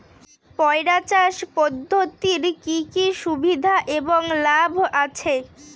পয়রা চাষ পদ্ধতির কি কি সুবিধা এবং লাভ আছে?